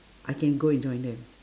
I can go and join them